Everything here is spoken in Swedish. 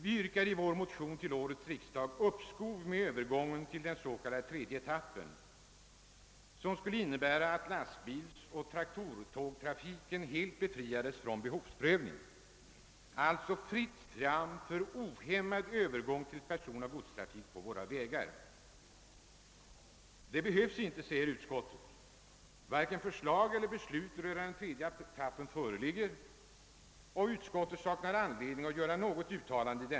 Vi yrkar i vår motion till årets riksdag uppskov med Öövergången till den s.k. tredje etappen, som skulle innebära att lastbilsoch traktortågstrafiken helt befriades från behovsprövning — alltså fritt fram för ohämmad övergång till personoch godstrafik på våra vägar. Utskottet framhåller att varken förslag eller beslut rörande den tredje etap pen föreligger och att det av detta skäl saknar anledning att göra något uttalande.